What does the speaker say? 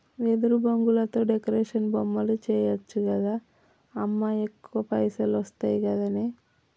వెదురు బొంగులతో డెకరేషన్ బొమ్మలు చేయచ్చు గదా అమ్మా ఎక్కువ పైసలొస్తయి గదనే